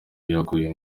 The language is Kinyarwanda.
yeguye